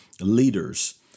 leaders